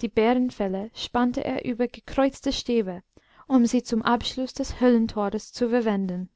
die bärenfelle spannte er über gekreuzte stäbe um sie zum abschluß des höhlentores zu verwenden